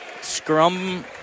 Scrum